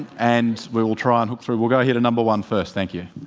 and we'll we'll try and hook through. we'll go here to number one first. thank you.